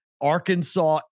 Arkansas